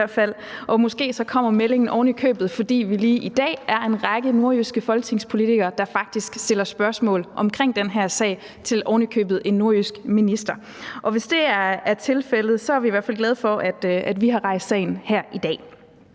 måske kommer meldingen oven i købet, fordi vi lige i dag er en række nordjyske folketingspolitikere, der faktisk stiller spørgsmål om den her sag, ovenikøbet til en nordjysk minister. Hvis det er tilfældet, er vi i hvert fald glade for, at vi har rejst sagen her i dag.